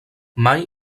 mai